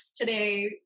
today